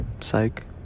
Psych